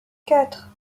quatre